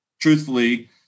truthfully